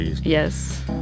Yes